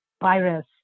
virus